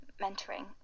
mentoring